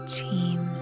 team